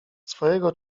swojego